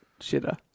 shitter